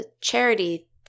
charity